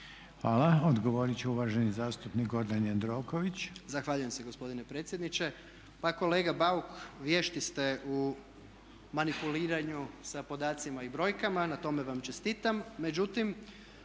Hvala. Odgovorit će uvaženi zastupnik Gordan Jandroković. **Jandroković, Gordan (HDZ)** Zahvaljujem se gospodine predsjedniče. Pa kolega Bauk vješti ste u manipuliranju sa podacima i brojkama, na tome vam čestitam.